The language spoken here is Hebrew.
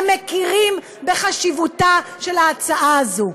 הם מכירים בחשיבותה של ההצעה הזאת,